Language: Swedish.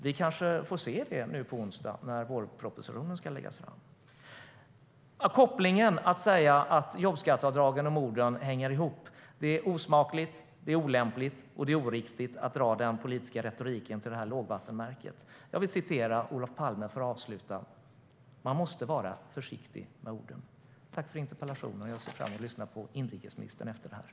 Vi kanske får se det nu på onsdag, när vårpropositionen ska läggas fram. Att säga att jobbskatteavdragen och morden hänger ihop är osmakligt och olämpligt, och det är oriktigt att dra den politiska retoriken till det här lågvattenmärket. Tack för interpellationsdebatten! Jag ser fram emot att lyssna på inrikesministern efter det här.